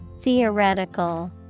Theoretical